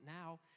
now